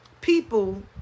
people